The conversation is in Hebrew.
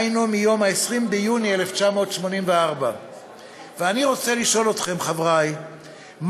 היינו מיום 20 ביוני 1984. ואני רוצה לשאול אתכם חברי וחברותי